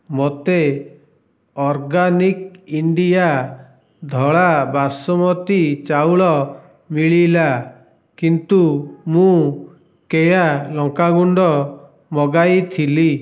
ମୋତେ organic India ଧଳା ବାସୁମତୀ ଚାଉଳ ମିଳିଲା କିନ୍ତୁ ମୁଁ କେୟା ଲଙ୍କା ଗୁଣ୍ଡ ମଗାଇଥିଲି